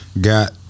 Got